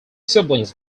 siblings